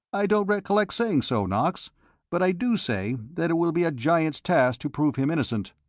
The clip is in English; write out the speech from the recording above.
i don't recollect saying so, knox but i do say that it will be a giant's task to prove him innocent.